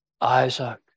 Isaac